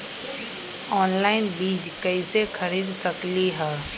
Online बीज कईसे खरीद सकली ह?